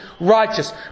righteous